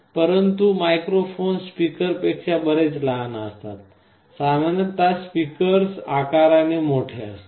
परंतु मायक्रोफोन स्पीकरपेक्षा बरेच लहान असतात सामान्यत स्पीकर्स आकाराने मोठे असतात